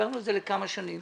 העברנו את זה לכמה שנים.